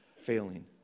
failing